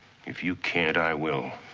if you can't, i will.